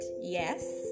Yes